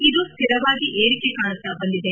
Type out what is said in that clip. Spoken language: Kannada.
ಇದು ಸ್ಟಿರವಾಗಿ ಏರಿಕೆ ಕಾಣುತ್ತಾ ಬಂದಿದೆ